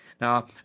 Now